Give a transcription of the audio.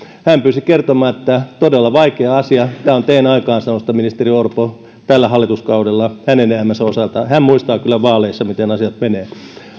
hän pyysi kertomaan että tämä on todella vaikea asia tämä on teidän aikaansaannostanne ministeri orpo tällä hallituskaudella hänen elämänsä osalta hän muistaa kyllä vaaleissa miten asiat menevät